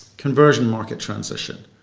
conversion market transition,